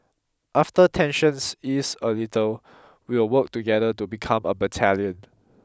after tensions ease a little we'll work together to become a battalion